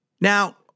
Now